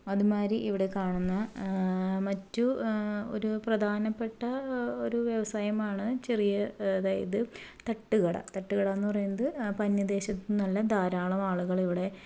അതുമായിരി ഇവിടെ കാണുന്ന മറ്റു ഒരു പ്രധാനപ്പെട്ട ഒരു വ്യവസായമാണ് ചെറിയ അതായത് തട്ടുകട തട്ടുകട എന്ന് പറയുന്നത് ഇപ്പോ അന്യദേശത്തുന്നുള്ള ധാരളം ആളുകളിവിടെ